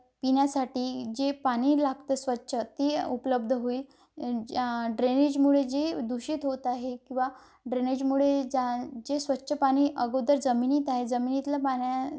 पिण्यासाठी जे पाणी लागतं स्वच्छ ती उपलब्ध होईल ज्या ड्रेनेजमुळे जे दूषित होत आहे किंवा ड्रेनेजमुळे ज्या जे स्वच्छ पाणी अगोदर जमिनीत आहे जमिनीतल्या पाण्या